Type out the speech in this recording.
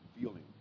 feeling